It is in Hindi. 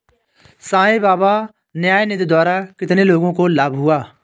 साई बाबा न्यास निधि द्वारा कितने लोगों को लाभ हुआ?